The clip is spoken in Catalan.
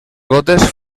gotes